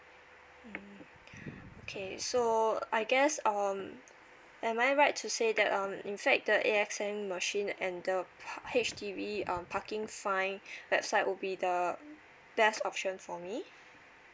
mm okay so I guess um am I right to say that um in fact the A_X_S machine and the H_D_B um parking fine website would be the best option for me